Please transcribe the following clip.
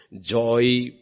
Joy